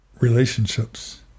relationships